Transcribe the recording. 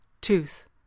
tooth